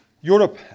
Europe